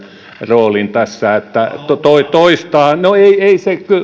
roolin tässä että toistaa